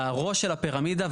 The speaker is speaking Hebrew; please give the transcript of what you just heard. בראש של הפירמידה,